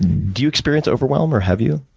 do you experience overwhelm, or have you?